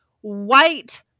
white